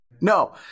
No